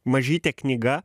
mažytė knyga